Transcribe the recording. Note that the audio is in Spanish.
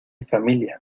familia